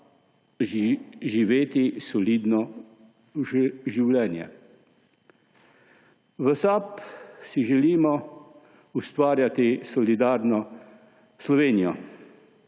živeti solidno življenje. V SAB si želimo ustvarjati solidarno Slovenijo.